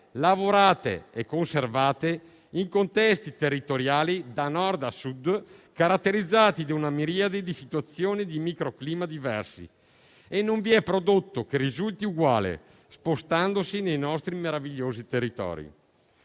lavorate e conservate in contesti territoriali, da Nord a Sud, caratterizzati da una miriade di situazioni di microclima diversi. E non vi è prodotto che risulti uguale, spostandosi nei nostri meravigliosi territori;